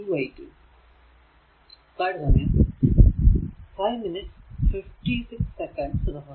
v0 2 i2